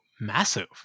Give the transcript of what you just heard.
massive